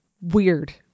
weird